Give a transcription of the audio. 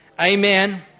Amen